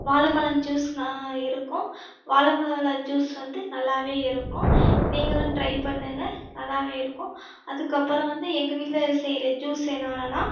வாழைப்பளம் juice நா இருக்கும் வாழைப்பளம் ஜூஸ் வந்து நல்லா இருக்கும் நீங்களும் ட்ரை பண்ணுங்க நல்லா இருக்கும் அதுக்கப்புறம் வந்து எங்கள் வீட்டில் செய்யற ஜூஸ் என்னானன்னால்